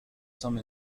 some